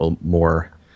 more